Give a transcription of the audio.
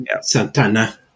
Santana